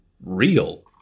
real